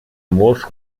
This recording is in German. muss